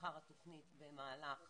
אחר התוכנית במהלך